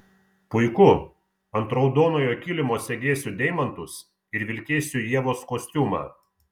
puiku ant raudonojo kilimo segėsiu deimantus ir vilkėsiu ievos kostiumą